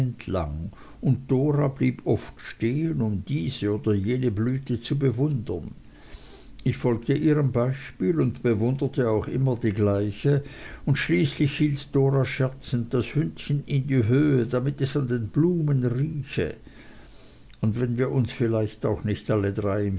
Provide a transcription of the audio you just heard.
entlang und dora blieb oft stehen um diese oder jene blüte zu bewundern ich folgte ihrem beispiel und bewunderte auch immer die gleiche und schließlich hielt dora scherzend das hündchen in die höhe damit es an den blumen rieche und wenn wir uns vielleicht auch nicht alle drei